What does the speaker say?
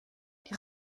die